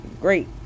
Great